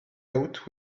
out